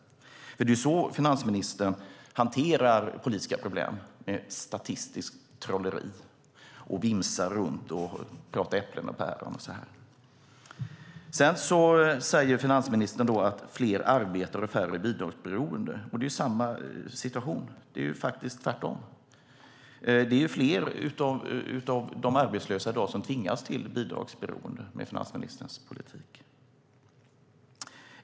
Det är nämligen så som finansministern hanterar politiska problem, alltså genom statistiskt trolleri och genom att vimsa runt och tala om äpplen och päron. Finansministern säger att fler arbetar och färre är bidragsberoende. Det är samma situation. Det är faktiskt tvärtom. Det är fler av de arbetslösa som i dag tvingas till bidragsberoende med finansministerns politik.